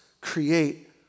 create